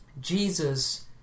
Jesus